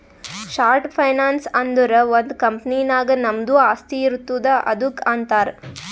short finance ಅಂದುರ್ ಒಂದ್ company ನಾಗ್ ನಮ್ದು ಆಸ್ತಿ ಇರ್ತುದ್ ಅದುಕ್ಕ ಅಂತಾರ್